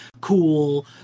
cool